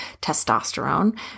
testosterone